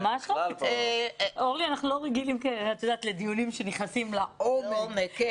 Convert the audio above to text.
אורלי, אנחנו לא רגילים לדיונים שנכנסים לעומק.